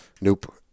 Nope